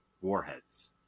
Warheads